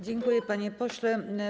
Dziękuję, panie pośle.